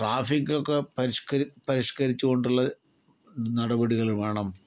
ട്രാഫിക്കൊക്കെ പരിഷ്കരി പരിഷ്കരിച്ചു കൊണ്ടുള്ള നടപടികൾ വേണം